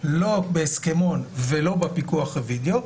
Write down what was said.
לא בהסכמון ולא בפיקוח הווידאו,